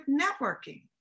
networking